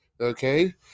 okay